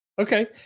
Okay